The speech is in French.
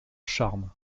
charmes